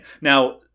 Now